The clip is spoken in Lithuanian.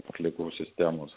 atliekų sistemos